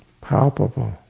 Palpable